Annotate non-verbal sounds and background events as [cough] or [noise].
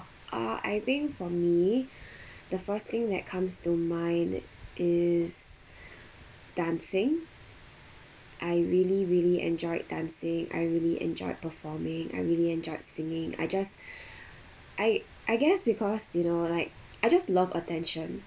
uh I think for me the first thing that comes to mind is dancing I really really enjoyed dancing I really enjoyed performing I really enjoyed singing I just [breath] I I guess because you know like I just love attention